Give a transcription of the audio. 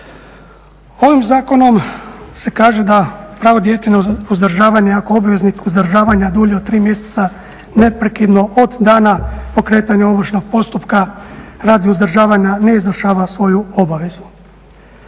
Ovim zakonom se kaže da pravo djeteta na uzdržavanje ako obveznik uzdržavanja dulje od 3 mjeseca neprekidno od dana pokretanja ovršnog postupka radi uzdržavanja ne izvršava svoju obavezu.